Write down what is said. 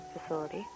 facility